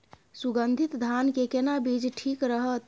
सुगन्धित धान के केना बीज ठीक रहत?